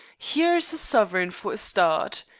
here's a sovereign for a start.